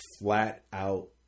flat-out